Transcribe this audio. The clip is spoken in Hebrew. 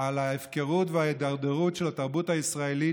על ההפקרות וההידרדרות של התרבות הישראלית,